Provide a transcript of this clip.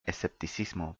escepticismo